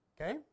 Okay